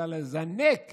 אלא לזנק